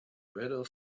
better